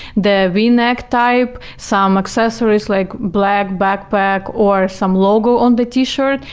the v-neck type, some accessories like black black pack or some log on the t-shirt.